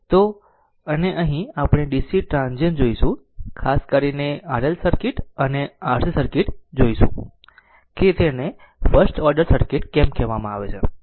તો અને અહીં આપણે DC ટ્રાન્ઝીયન્ટ જોશું ખાસ કરીને R RL સર્કિટ અને RC સર્કિટ જ જોશે કે તેને ફર્સ્ટ ઓર્ડર સર્કિટ કેમ કહેવામાં આવે છે